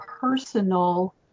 personal